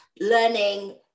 learning